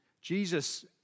Jesus